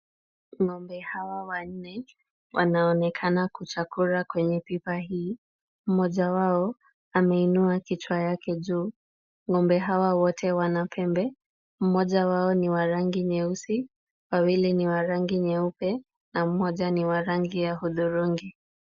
Ng'ombe hawa wanne wanaonekana kuchakura kwenye pipa hii, mmoja wao ameinua kichwa yake juu. Ng'ombe hawa wote wana pembe, mmoja wao ni wa rangi nyeusi, wawili ni wa rangi nyeupe na mmoja ni wa rangi ya hudhurungi.